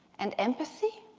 and empathy?